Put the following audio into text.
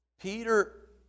Peter